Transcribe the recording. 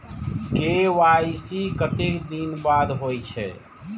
KYC कतेक दिन बाद होई छै?